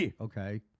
Okay